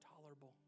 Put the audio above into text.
tolerable